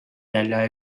välja